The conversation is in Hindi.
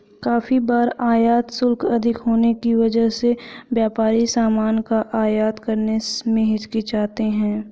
काफी बार आयात शुल्क अधिक होने की वजह से व्यापारी सामान का आयात करने में हिचकिचाते हैं